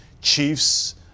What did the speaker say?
Chiefs